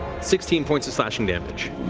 sixteen points of slashing damage.